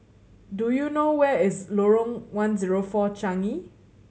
do you know where is Lorong One Zero Four Changi